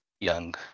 young